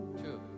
two